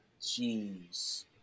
Jeez